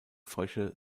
frösche